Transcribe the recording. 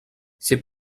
c’est